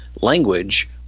language